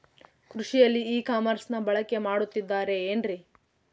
ಕೃಷಿಯಲ್ಲಿ ಇ ಕಾಮರ್ಸನ್ನ ಬಳಕೆ ಮಾಡುತ್ತಿದ್ದಾರೆ ಏನ್ರಿ?